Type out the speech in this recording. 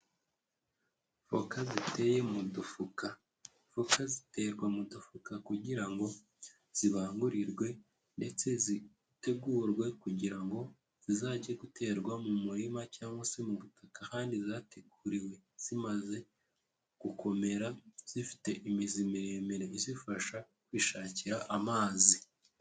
Voka ziteye mu dufuka. Voka ziterwa mu dufuka kugira ngo zibangurirwe, ndetse zitegurwe kugira ngo, zizajye guterwa mu murima cyangwa se mu butaka ahandi zateguriwe, zimaze gukomera, zifite imizi miremire izifasha kwishakira amazi.